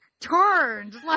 turned